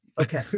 Okay